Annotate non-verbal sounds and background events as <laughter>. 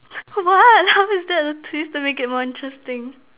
<laughs> what how is that a twist to make it more interesting